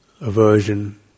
aversion